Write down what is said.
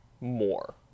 more